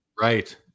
right